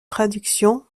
traduction